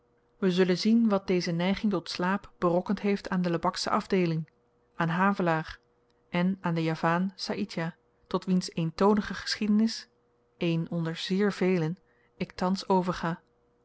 we zullen zien wat deze neiging tot slaap berokkend heeft aan de lebaksche afdeeling aan havelaar en aan den javaan saïdjah tot wiens eentonige geschiedenis één onder zeer velen ik thans overga